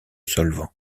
solvant